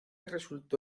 resultó